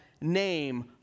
name